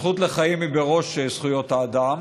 הזכות לחיים היא בראש זכויות האדם,